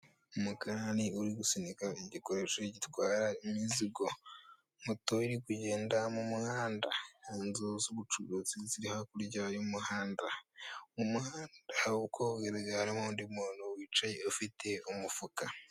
Umukarani uri gusunika igikoresho gitwara imizigo, moto iri kugenda mu muhanda, inzu z'ubucuruzi ziri hakurya y'umuhanda, mu muhanda nk'uko bigaragara harimo undi muntu wicaye ufite umufuka.